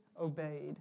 obeyed